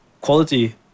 quality